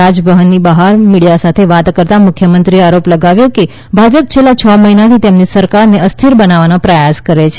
રાજ ભવનની બહાર મીડિયા સાથે વાત કરતા મુખ્યમંત્રીએ આરોપ લગાવ્યો કે ભાજપ છેલ્લા છ મહિનાથી તેમની સરકારને અસ્થિર બનાવવાનો પ્રયાસ કરે છે